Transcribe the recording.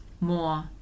more